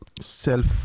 self